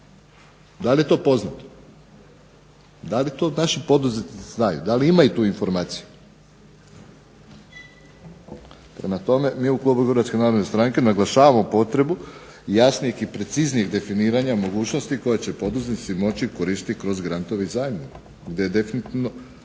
Da li je to poznato? Da li to naši poduzetnici znaju, da li imaju tu informaciju. Prema tome, mi u klubu Hrvatske narodne stranke naglašavamo potrebu jasnijeg i preciznijeg definiranja mogućnosti koje će poduzetnici moći koristiti kroz …/Govornik se ne